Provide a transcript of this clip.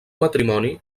matrimoni